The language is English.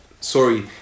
sorry